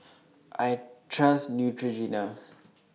I Trust Neutrogena